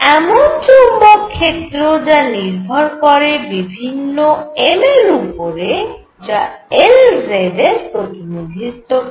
এমন চৌম্বক ক্ষেত্র যা নির্ভর করে বিভিন্ন m এর উপরে যা Lz এর প্রতিনিধিত্ব করে